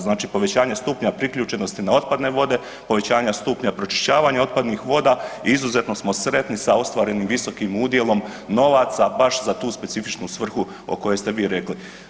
Znači povećanje stupnja priključenosti na otpadne vode, povećanje stupnja pročišćavanja otpadnih voda i izuzetno smo sretni sa ostvarenim visokim udjelom novaca baš za tu specifičnu svrhu o kojoj ste vi rekli.